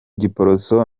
giporoso